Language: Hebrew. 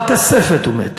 בכספת הוא מת,